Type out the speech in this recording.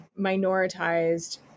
minoritized